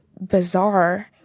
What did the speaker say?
bizarre